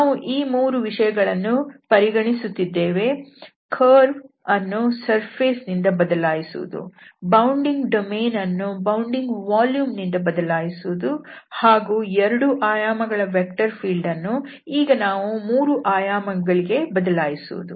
ನಾವು ಈ ಮೂರು ವಿಷಯಗಳನ್ನು ಪರಿಗಣಿಸುತ್ತಿದ್ದೇವೆ ಕರ್ವ್ ಅನ್ನು ಸರ್ಫೇಸ್ ನಿಂದ ಬದಲಾಯಿಸುವುದು ಬೌಂಡಿಂಗ್ ಡೊಮೇನ್ ಅನ್ನು ಬೌಂಡಿಂಗ್ ವಾಲ್ಯೂಮ್ ನಿಂದ ಬದಲಾಯಿಸುವುದು ಹಾಗೂ ಎರಡು ಆಯಾಮಗಳ ವೆಕ್ಟರ್ ಫೀಲ್ಡ್ ಅನ್ನು ಈಗ ನಾವು 3 ಆಯಾಮಗಳಿಗೆ ಬದಲಾಯಿಸುವುದು